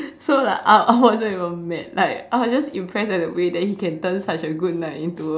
so like I I wasn't even mad like I was just impressed like the way he can turn such a good night into a